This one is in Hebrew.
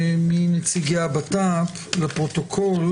מי נציגי הבט"פ לפרוטוקול.